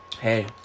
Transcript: Hey